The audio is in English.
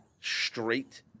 straight